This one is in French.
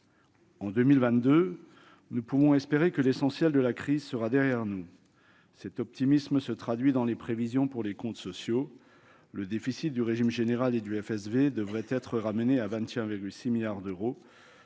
En 2022, nous pouvons espérer que l'essentiel de la crise sera derrière nous. Cet optimisme se traduit dans les prévisions pour les comptes sociaux : le déficit du régime général et du Fonds de solidarité vieillesse (FSV) devrait être ramené à 21,6 milliards d'euros,